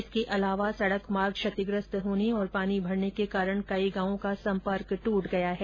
इसके अलावा सड़क मार्ग क्षतिग्रस्त होने और पानी भरने के कारण कई गांवों का संपर्क ट्रट गया है